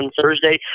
Thursday